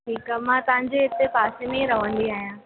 ठीकु आहे मां तव्हांजे हिते पासे में ई रहंदी आहियां